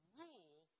rule